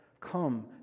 Come